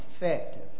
effective